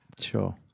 Sure